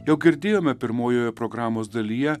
jau girdėjome pirmojoje programos dalyje